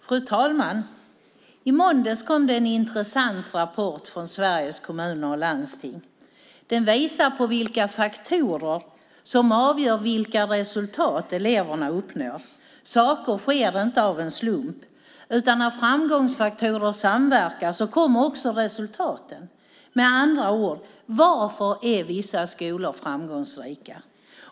Fru talman! I måndags kom en intressant rapport från Sveriges Kommuner och Landsting. Den visar på de faktorer som avgör vilka resultat eleverna uppnår. Saker sker inte av en slump, utan när framgångsfaktorer samverkar kommer också resultaten. Med andra ord: Varför är vissa skolor framgångsrika?